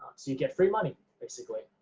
so you get free money, basically.